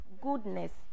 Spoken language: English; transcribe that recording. goodness